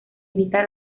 evita